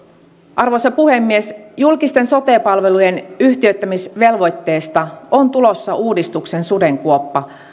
arvoisa puhemies julkisten sote palvelujen yhtiöittämisvelvoitteesta on tulossa uudistuksen sudenkuoppa